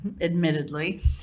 admittedly